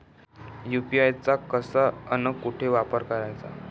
UPI चा कसा अन कुटी वापर कराचा?